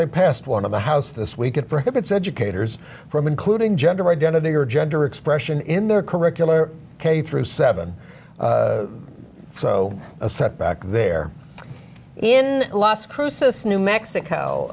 they passed one of the house this week it prohibits educators from including gender identity or gender expression in their curricular k through seven so a setback there in las cruces new mexico